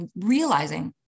realizing